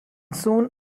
soon